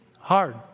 hard